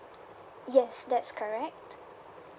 yes that's correct